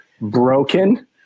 broken